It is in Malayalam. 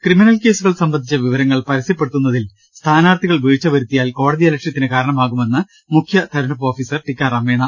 ക്രിമിനൽകേസുകൾ സംബന്ധിച്ച വിവരങ്ങൾ പരസ്യപ്പെടുത്തു ന്നതിൽ സ്ഥാനാർഥികൾ വീഴ്ചവരുത്തിയാൽ കോടതിയലക്ഷ്യ ത്തിന് കാരണമാകുമെന്ന് മുഖ്യ തിരഞ്ഞെടുപ്പ് ഓഫീസർ ടിക്കാറാം മീണ